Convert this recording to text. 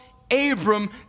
Abram